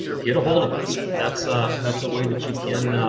get a hold of us. that's ah that's a way that you can